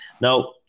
Now